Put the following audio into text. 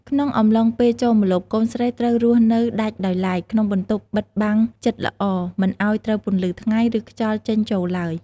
ក្នុងអំឡុងពេលចូលម្លប់ កូនស្រីត្រូវរស់នៅដាច់ដោយឡែក ក្នុងបន្ទប់បិទបាំងជិតល្អ មិនឱ្យត្រូវពន្លឺថ្ងៃ ឬខ្យល់ចេញចូលឡើយ។